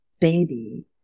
baby